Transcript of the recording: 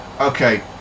Okay